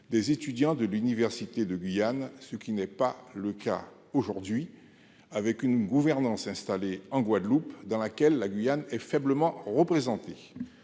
des étudiants de l'université de Guyane, qui n'est pas satisfait aujourd'hui, avec une gouvernance installée en Guadeloupe, au sein de laquelle la Guyane est faiblement représentée.